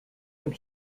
when